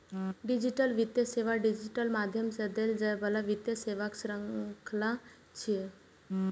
digital वित्तीय सेवा digital माध्यम सं देल जाइ बला वित्तीय सेवाक शृंखला छियै